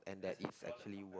and that it is actually worth